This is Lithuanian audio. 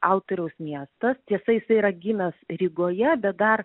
autoriaus miestas tiesa jisai yra gimęs rygoje bet dar